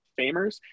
Famers